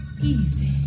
easy